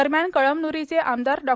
दरम्यान कळ्मन्ररीचे आमदार डॉ